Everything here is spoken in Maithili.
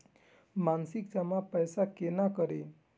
मासिक जमा पैसा केना करी?